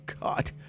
God